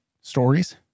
stories